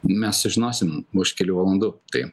mes sužinosim už kelių valandų tai